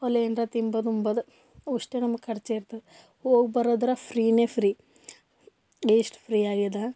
ಅಲ್ಲೇನಾರು ತಿನ್ನೋದು ಉಣ್ಣೋದು ಅವಷ್ಟೇ ನಮ್ಗೆ ಖರ್ಚು ಇರ್ತದೆ ಹೋಗಿ ಬರೋದ್ರಾಗೆ ಫ್ರೀಯೇ ಫ್ರೀ ಅಷ್ಟು ಫ್ರೀ ಆಗಿದೆ